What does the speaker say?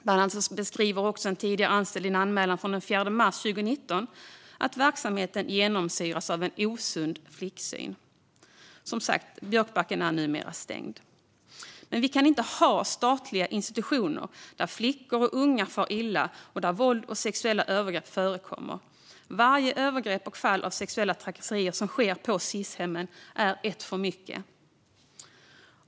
Bland annat beskriver också en tidigare anställd i en anmälan från den 4 mars 2019 att verksamheten genomsyras av en osund flicksyn. Som sagt är numera Björkbacken stängt. Men vi kan inte ha statliga institutioner där flickor och unga far illa och där våld och sexuella övergrepp förekommer. Varje övergrepp och varje fall av sexuella trakasserier som sker på Sis-hemmen är ett för mycket.